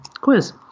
quiz